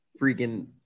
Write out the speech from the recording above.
freaking